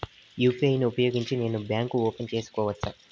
UPI ను ఉపయోగించి నేను బ్యాంకు ఓపెన్ సేసుకోవచ్చా?